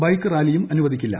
bike റാലിയും അനുവദിക്കില്ല